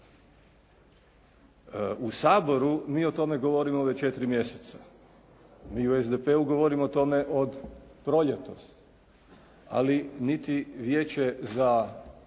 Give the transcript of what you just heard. U Sabor mi o tome govorimo već 4 mjeseca, mi u SDP-u govorimo o tome od proljetost. Ali niti Vijeće,